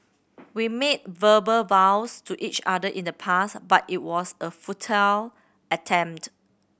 we made verbal vows to each other in the past but it was a futile attempt